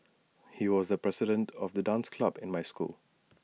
he was the president of the dance club in my school